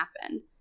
happen